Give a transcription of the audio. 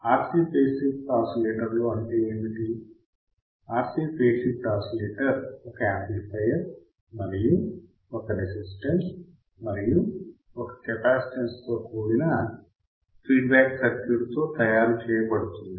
RC phase shift ఆసిలేటర్లు అంటే ఏమిటి RC ఫేజ్ షిఫ్ట్ ఆసిలేటర్ ఒక యామ్ప్లిఫయర్ మరియు ఒక రెసిస్టన్స్ మరియు ఒక కెపాసిటెన్స్ తో కూడిన ఫీడ్బ్యాక్ సర్క్యూట్ తో తయారు చేయబడుతుంది